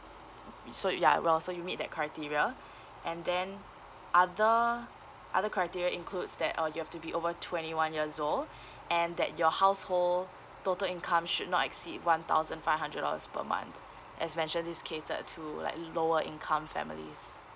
so ya well so you meet that criteria and then other other criteria includes that uh you have to be over twenty one years old and that your household total income should not exceed one thousand five hundred dollars per month as mentioned this is catered to like lower income families